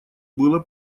было